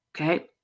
Okay